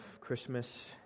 Christmas